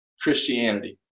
Christianity